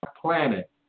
Planet